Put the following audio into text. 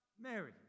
Mary